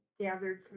gathered